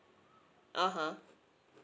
(uh huh)